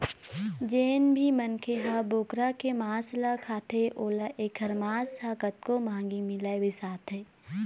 जेन भी मनखे ह बोकरा के मांस ल खाथे ओला एखर मांस ह कतको महंगी मिलय बिसाथे